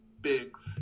big